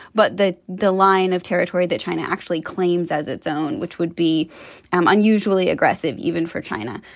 but that the line of territory that china actually claims as its own, which would be unusually aggressive even for china.